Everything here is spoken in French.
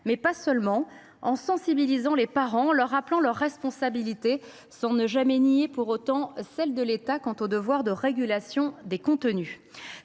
mais pas seulement : en sensibilisant les parents, en leur rappelant leur responsabilité, sans jamais pour autant nier celle de l’État quant à la régulation des contenus.